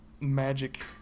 magic